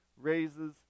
raises